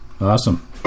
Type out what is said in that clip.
Awesome